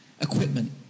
equipment